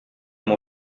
mon